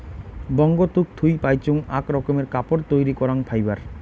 বঙ্গতুক থুই পাইচুঙ আক রকমের কাপড় তৈরী করাং ফাইবার